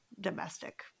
domestic